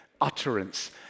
utterance